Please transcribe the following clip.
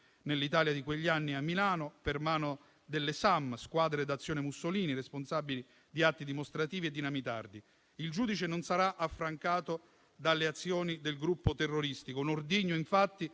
nell'Italia di quegli anni a Milano, per mano delle SAM (Squadre d'azione Mussolini), responsabili di atti dimostrativi e dinamitardi. Il giudice non sarà affrancato dalle azioni del gruppo terroristico. Un ordigno infatti